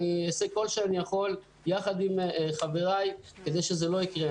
ואעשה כל שאני יכול יחד עם חברי כדי שזה לא יקרה.